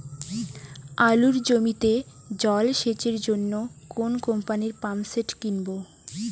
আলুর জমিতে জল সেচের জন্য কোন কোম্পানির পাম্পসেট কিনব?